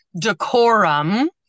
decorum